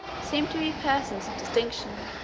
seemed to be persons of distinction,